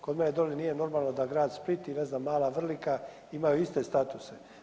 Kod mene doli nije normalno da grad Split i ne znam mala Vrlika imaju iste statuse.